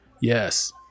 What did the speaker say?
Yes